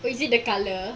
is it the colour